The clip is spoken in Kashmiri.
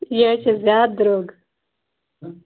یہِ حظ چھُ زیادٕ درٛۅگ